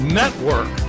network